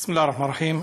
בסם אללה א-רחמאן א-רחים.